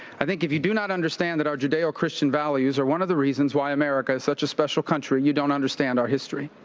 i think if you do not understand that our judeo-christian values are one of the reasons why america is such a special country, you don't understand our history.